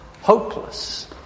hopeless